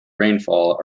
rainfall